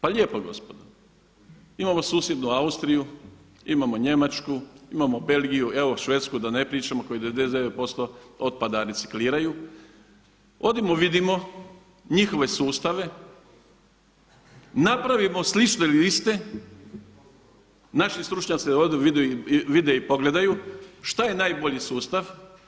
Pa lijepo gospodo, imamo susjednu Austriju, imamo Njemačku, imamo Belgiju, evo Švedsku da ne pričamo koja 99% otpada recikliraju, odimo, vidimo njihove sustave, napravimo slične ili iste, naši stručnjaci da odu vide i pogledaju šta je najbolji sustav.